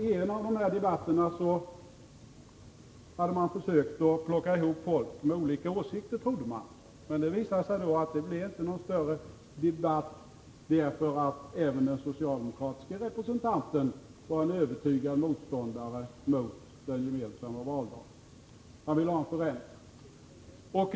I en av debatterna under valrörelsen hade man plockat ihop folk med, som man trodde, olika åsikter. Men det blev inte någon större debatt, eftersom även den socialdemokratiska representanten var en övertygad motståndare mot den gemensamma valdagen — han ville ha en förändring.